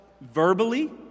verbally